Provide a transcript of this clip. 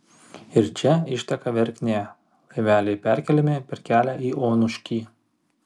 iš čia išteka verknė laiveliai perkeliami per kelią į onuškį